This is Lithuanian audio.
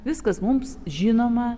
viskas mums žinoma